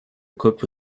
equipped